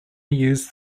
used